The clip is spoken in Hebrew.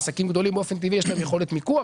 עסקים גדולים באופן טבעי יש להם יכולת מיקוח,